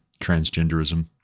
transgenderism